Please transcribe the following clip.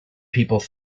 people